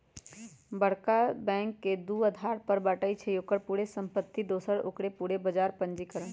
बरका बैंक के दू अधार पर बाटइ छइ, ओकर पूरे संपत्ति दोसर ओकर पूरे बजार पूंजीकरण